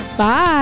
Bye